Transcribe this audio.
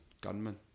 gunman